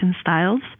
styles